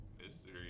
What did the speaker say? History